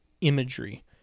imagery